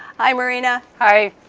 hi marina! hi.